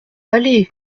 allez